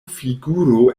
figuro